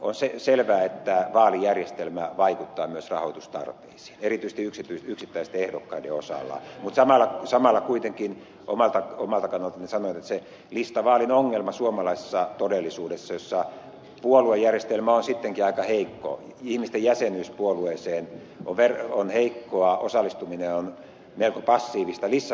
on selvää että vaalijärjestelmä vaikuttaa myös rahoitustarpeisiin erityisesti yksittäisten ehdokkaiden osalta mutta samalla kuitenkin omalta kannaltani sanon että listavaali olisi ongelma suomalaisessa todellisuudessa jossa puoluejärjestelmä on sittenkin aika heikko ihmisten jäsenyys puolueeseen on heikkoa osallistuminen on melko passiivista